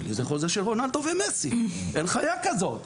זה חוזה של רונאלדו ומסי, אין חיה כזאת.